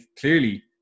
clearly